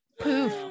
poof